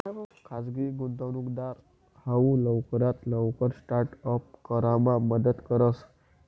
खाजगी गुंतवणूकदार हाऊ लवकरात लवकर स्टार्ट अप करामा मदत करस